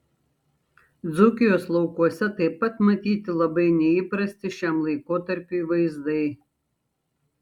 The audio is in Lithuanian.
dzūkijos laukuose taip pat matyti labai neįprasti šiam laikotarpiui vaizdai